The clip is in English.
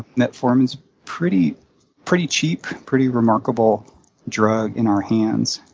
metformin's pretty pretty cheap, pretty remarkable drug in our hands.